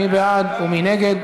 מי בעד ומי נגד?